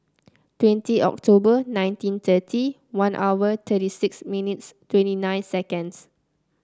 twenty October nineteen thirty one hour thirty six minutes twenty nine seconds